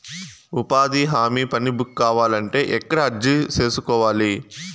ఉపాధి హామీ పని బుక్ కావాలంటే ఎక్కడ అర్జీ సేసుకోవాలి?